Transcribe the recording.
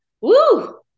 Woo